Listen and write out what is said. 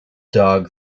dog